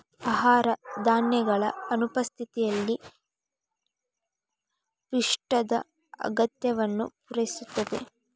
ಆಹಾರ ಧಾನ್ಯಗಳ ಅನುಪಸ್ಥಿತಿಯಲ್ಲಿ ಪಿಷ್ಟದ ಅಗತ್ಯವನ್ನು ಪೂರೈಸುತ್ತದೆ